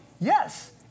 Yes